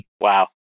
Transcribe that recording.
Wow